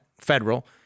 federal